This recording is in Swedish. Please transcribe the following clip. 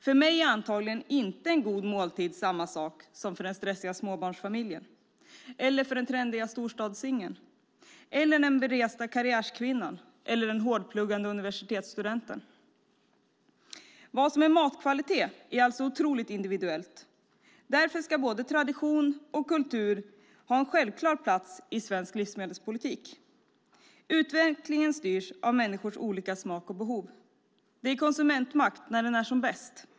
För mig är antagligen inte en god måltid samma sak som för den stressade småbarnsfamiljen, för den trendiga storstadssingeln, den beresta karriärkvinnan eller den hårdpluggande universitetsstudenten. Vad som är matkvalitet är alltså otroligt individuellt. Därför ska både tradition och kultur ha en självklar plats i svensk livsmedelspolitik. Utvecklingen styrs av människors olika smak och behov. Det är konsumentmakt när den är som bäst.